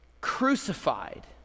crucified